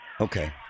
Okay